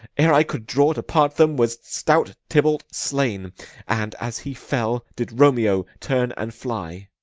ere i could draw to part them was stout tybalt slain and as he fell did romeo turn and fly.